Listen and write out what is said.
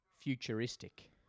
futuristic